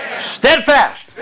steadfast